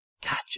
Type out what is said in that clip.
catch